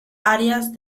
áreas